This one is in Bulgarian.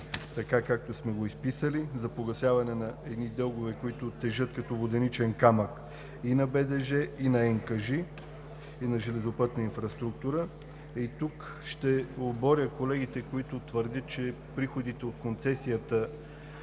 така, както сме го изписали: за погасяване на едни дългове, които тежат като воденичен камък и на БДЖ, и на Национална компания „Железопътна инфраструктура“. Тук ще оборя колегите, които твърдят, че приходите от концесията